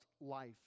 life